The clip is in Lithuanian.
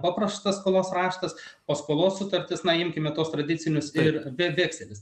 papraštas skolos raštas paskolos sutartis na imkime tuos tradicinius ir ve vekselis